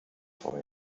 efeu